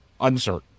uncertain